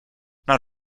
not